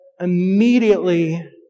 immediately